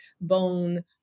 bone